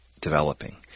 developing